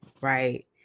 right